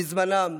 מזמנם,